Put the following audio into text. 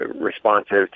responsive